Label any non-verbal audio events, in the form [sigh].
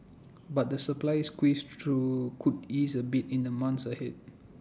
but the supply squeeze [unintelligible] could ease A bit in the months ahead